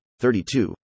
32